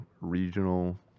regional